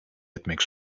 etmek